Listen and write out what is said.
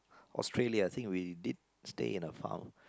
Australia I think we did stay in a farm